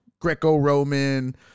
Greco-Roman